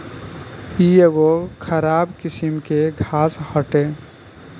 इ एगो खराब किस्म के घास हटे